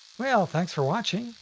well, thanks for watching!